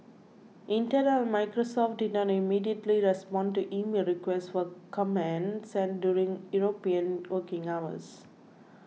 Intel and Microsoft did not immediately respond to emailed requests for comment sent during European working hours